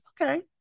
Okay